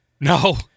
No